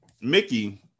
Mickey